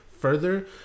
further